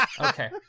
Okay